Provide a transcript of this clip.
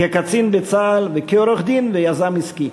כקצין בצה"ל וכעורך-דין ויזם עסקי,